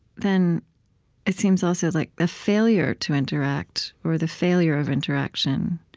then it seems, also, like the failure to interact, or the failure of interaction,